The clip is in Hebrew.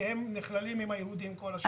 כי הם נכללים עם היהודים בכל שאר הדברים.